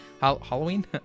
halloween